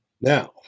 Now